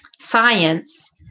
science